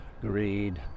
greed